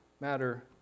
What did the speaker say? matter